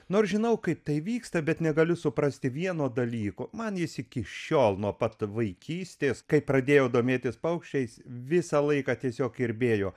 nors žinau kaip tai vyksta bet negaliu suprasti vieno dalyko man jis iki šiol nuo pat vaikystės kai pradėjau domėtis paukščiais visą laiką tiesiog kirbėjo